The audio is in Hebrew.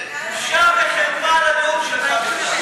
בושה וחרפה על הנאום שלך.